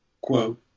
quote